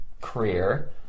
career